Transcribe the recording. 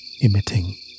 emitting